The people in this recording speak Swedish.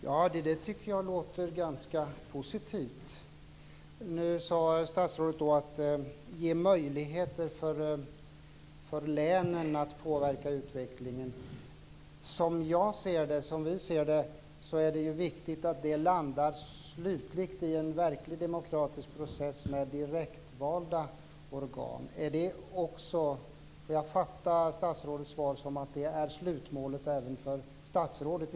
Herr talman! Det där tycker jag låter ganska positivt. Nu sade statsrådet att det ges möjligheter för länen att påverka utvecklingen. Som vi ser det är det viktigt att det landar slutligt i en verkligt demokratisk process med direktvalda organ. Får jag uppfatta statsrådets svar så att det också är slutmålet även för statsrådet?